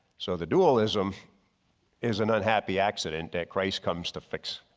so the dualism is an unhappy accident that christ comes to fix.